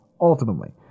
ultimately